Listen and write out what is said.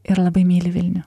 ir labai myli vilnių